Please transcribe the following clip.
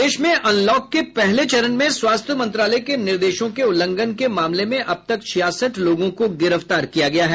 प्रदेश में अनलॉक के पहले चरण में स्वास्थ्य मंत्रालय के निर्देशों के उल्लघंन के मामले में अब तक छियासठ लोगों को गिरफ्तार किया गया है